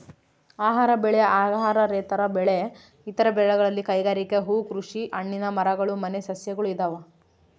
ಆಹಾರ ಬೆಳೆ ಅಹಾರೇತರ ಬೆಳೆ ಇತರ ಬೆಳೆಗಳಲ್ಲಿ ಕೈಗಾರಿಕೆ ಹೂಕೃಷಿ ಹಣ್ಣಿನ ಮರಗಳು ಮನೆ ಸಸ್ಯಗಳು ಇದಾವ